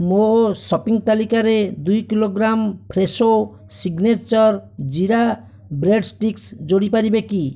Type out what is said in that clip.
ମୋ ସପିଙ୍ଗ୍ ତାଲିକାରେ ଦୁଇ kilogram Fresho signature jeera bread sticks ଯୋଡ଼ି ପାରିବେ କି